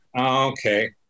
Okay